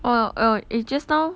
oh err eh just now